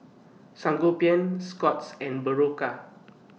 Sangobion Scott's and Berocca